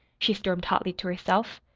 she stormed hotly to herself.